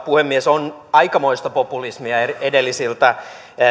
puhemies on aikamoista populismia edellisiltä